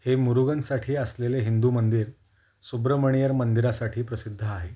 हे मुरुगनसाठी असलेले हिंदू मंदिर सुब्रमणीयर मंदिरासाठी प्रसिद्ध आहे